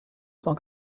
cent